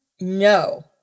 No